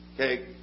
Okay